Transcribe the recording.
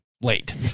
late